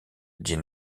dit